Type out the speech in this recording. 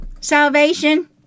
salvation